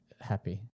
happy